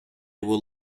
will